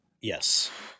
yes